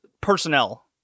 personnel